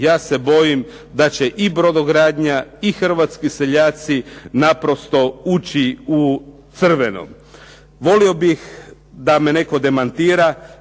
ja se bojim da će i brodogradnja, i hrvatski seljaci naprosto ući u crveno. Volio bih da me netko demantira,